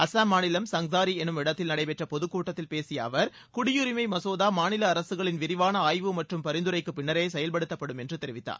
அஸ்ஸாம் மாநிலம் சங்சாரி என்னுமிடத்தில் நடைபெற்ற பொதுக்கூட்டத்தில் பேசிய அவர் குடியுரிமை மசோதா மாநில அரசகளின் விரிவாள ஆய்வு மற்றும் பரிந்துரைக்கு பின்னரே செயவ்படுத்தப்படும் என்று அவர் தெரிவித்தார்